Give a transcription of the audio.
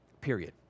Period